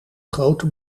grote